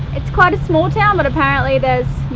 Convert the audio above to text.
it's quite a small town but apparently there's,